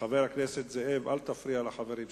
חבר הכנסת זאב, אל תפריע לחברים שלך.